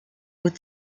hauts